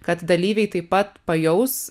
kad dalyviai taip pat pajaus